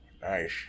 Nice